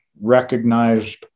recognized